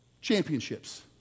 championships